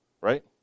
Right